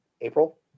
April